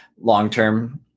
long-term